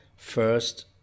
First